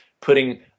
putting